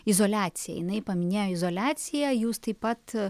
izoliaciją jinai paminėjo izoliaciją jūs taip pat